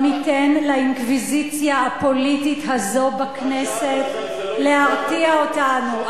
אנחנו לא ניתן לאינקוויזיציה הפוליטית הזאת בכנסת להרתיע אותנו.